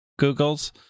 Googles